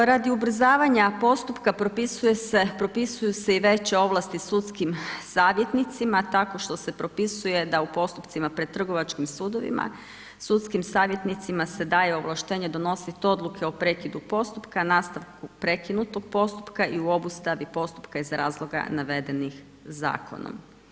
Radi ubrzavanja postupka propisuju se i veće ovlasti sudskim savjetnicima tako što se propisuje da u postupcima pred trgovačkim sudovima sudskim savjetnicima se daje ovlaštenje donosit odluke o prekidu postupka, nastavku prekinutog postupka i u obustavi postupka iz razloga navedenih zakonom.